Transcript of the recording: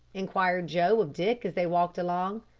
inquired joe of dick as they walked along.